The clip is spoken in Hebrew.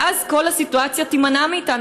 ואז כל הסיטואציה תימנע מאתנו.